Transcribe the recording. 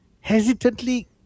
hesitantly